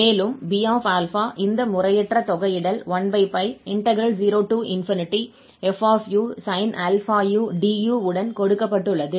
மேலும் Bα இந்த முறையற்ற தொகையிடல் 10fusin αu du உடன் கொடுக்கப்பட்டுள்ளது